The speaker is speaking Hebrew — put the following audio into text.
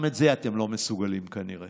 גם את זה אתם לא מסוגלים, כנראה.